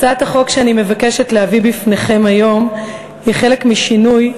הצעת החוק שאני מבקשת להביא בפניכם היום היא חלק משינוי,